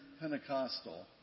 Pentecostal